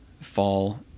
fall